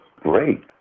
great